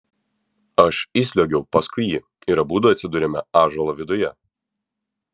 aš įsliuogiau paskui jį ir abudu atsidūrėme ąžuolo viduje